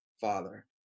father